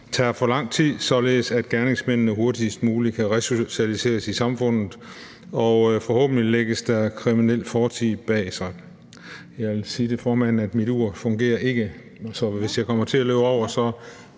tager for lang tid, således at gerningsmændene hurtigst muligt kan resocialiseres i samfundet og forhåbentlig lægge deres kriminelle fortid bag sig. Jeg vil sige til formanden, at mit ur ikke fungerer, så hvis jeg kommer til at overskride